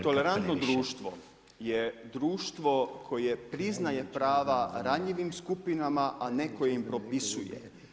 Tolerantno društvo je društvo koje priznaje prava ranjivim skupinama, a ne koje im propisuje.